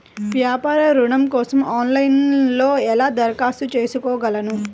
వ్యాపార ఋణం కోసం ఆన్లైన్లో ఎలా దరఖాస్తు చేసుకోగలను?